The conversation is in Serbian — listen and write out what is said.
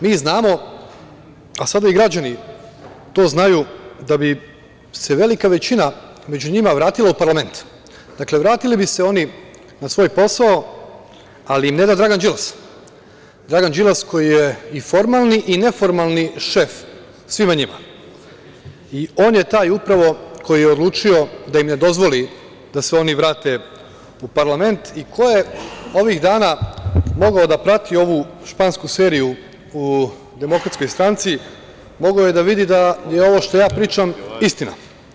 Mi znamo, a sada i građani to znaju da bi se velika većina među njima vratila u parlament, vratili bi se oni na svoj posao, ali im neda Dragan Đilas, Dragan Đilas koji je formalni i neformalni šef svima njima i on je taj koji je odlučio da im ne dozvoli da se oni vrate u parlament i ko je ovih dana mogao da prati ovu špansku seriju u DS mogao je da vidi da ovo što ja pričam je istina.